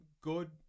good